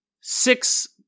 Six